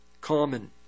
common